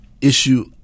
issue